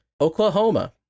Oklahoma